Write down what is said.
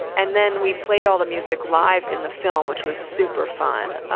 and then we played all the music live in the film, which was super fun,